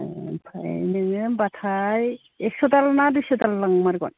ओमफ्राय नोंनो होमबाथाय एक्स' दाल ना दुइस' दाल लांमारगोन